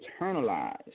internalized